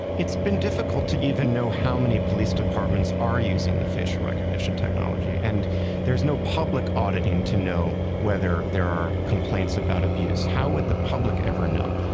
it's been difficult to even know how many police departments are using the facial recognition technology, and there's no public auditing to know whether there are complaints about abuse. how would the public ever know?